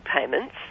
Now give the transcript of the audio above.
payments